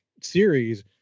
series